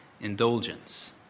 indulgence